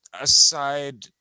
aside